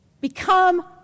become